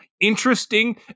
interesting